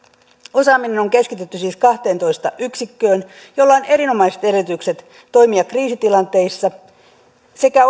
osaaminen on keskitetty siis kahteentoista yksikköön joilla on erinomaiset edellytykset toimia kriisitilanteissa sekä